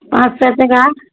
पाँच सओ टका